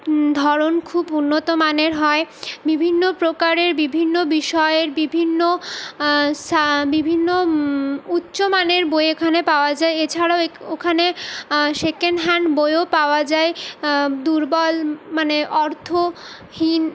ধরন খুব উন্নত মানের হয় বিভিন্ন প্রকারের বিভিন্ন বিষয়ের বিভিন্ন বিভিন্ন উচ্চমানের বই এখানে পাওয়া যায় এছাড়াও ওখানে সেকেন্ড হ্যান্ড বইও পাওয়া যায় দুর্বল মানে অর্থহীন